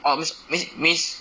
orh means means means